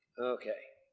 okay.